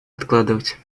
откладывать